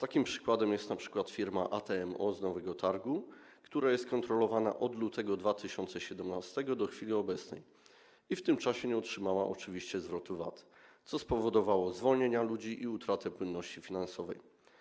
Takim przykładem jest firma ATMO z Nowego Targu, która jest kontrolowana od lutego 2017 r. do chwili obecnej i w tym czasie nie otrzymała oczywiście zwrotu VAT, co spowodowało zwolnienia ludzi i utratę płynności finansowej.